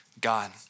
God